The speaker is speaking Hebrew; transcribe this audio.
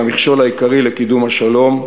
הם המכשול העיקרי לקידום השלום,